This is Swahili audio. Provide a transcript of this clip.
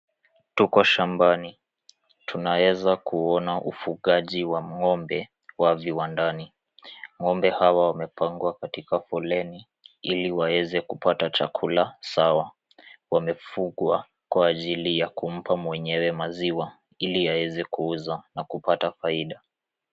Tuko shambani. Tunaweza kuona ufugaji wa ng'ombe wa viwandani. Ng'ombe hawa wamepangwa katika foleni ili waweze kupata chakula sawa. Wamefugwa kwa ajili ya kumpa mwenyewe maziwa ili aweze kuuza na kupata faida.